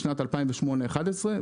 בשנים 2008 2011,